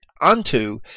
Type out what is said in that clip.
unto